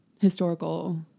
historical